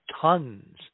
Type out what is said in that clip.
tons